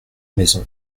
maisons